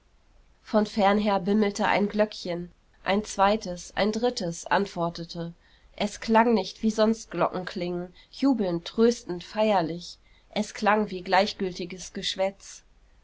von fern her bimmelte ein glöckchen ein zweites ein drittes antwortete es klang nicht wie sonst glocken klingen jubelnd tröstend feierlich es klang wie gleichgültiges geschwätz